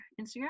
Instagram